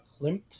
klimt